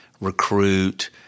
recruit